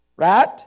Right